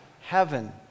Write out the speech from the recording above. heaven